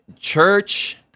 Church